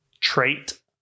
trait